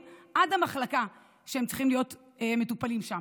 עד המחלקה שהם צריכים להיות מטופלים בה.